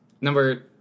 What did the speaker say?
Number